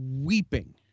weeping